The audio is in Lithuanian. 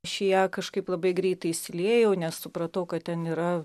aš į ją kažkaip labai greitai įsiliejau nes supratau kad ten yra